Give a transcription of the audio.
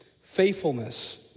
faithfulness